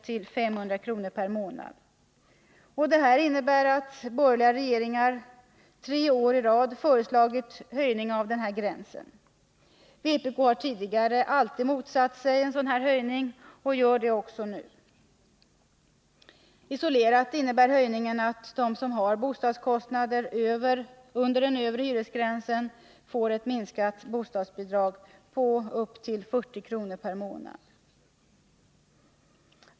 till 500 kr. per månad. Detta innebär att borgerliga regeringar tre år i rad föreslagit höjning av denna gräns. Vi i vpk har tidigare alltid motsatt oss en sådan höjning och gör så även nu. Isolerat innebär höjningen att de som har bostadskostnader under den övre hyresgränsen får ett minskat bostadsbidrag med upp till 40 kr. per månad.